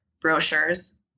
brochures